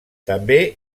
també